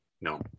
no